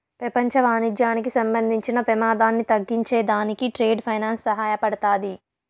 పెపంచ వాణిజ్యానికి సంబంధించిన పెమాదాన్ని తగ్గించే దానికి ట్రేడ్ ఫైనాన్స్ సహాయపడతాది